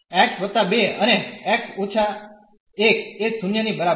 તેથી x 2 અને x − 1 એ 0 ની બરાબર છે